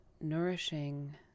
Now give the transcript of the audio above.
nourishing